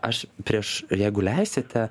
aš prieš jeigu leisite